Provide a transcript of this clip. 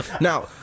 Now